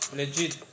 legit